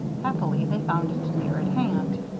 happily, they found it near at hand.